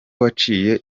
waciye